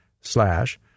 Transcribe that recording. slash